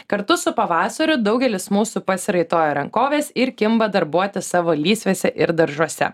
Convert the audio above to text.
kartu su pavasariu daugelis mūsų pasiraitoja rankoves ir kimba darbuotis savo lysvėse ir daržuose